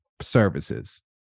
services